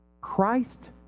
Christ